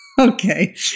Okay